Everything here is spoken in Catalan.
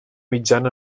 mitjan